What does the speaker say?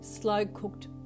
slow-cooked